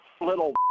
little